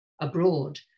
abroad